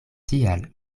tial